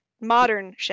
modern